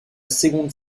seconde